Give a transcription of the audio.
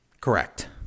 Correct